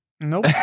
nope